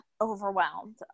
overwhelmed